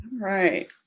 Right